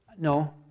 No